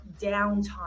downtime